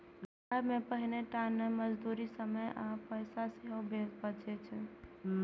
अय से पानिये टा नहि, मजदूरी, समय आ पैसा सेहो बचै छै